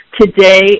today